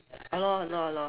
!hannor! !hannor! !hannor!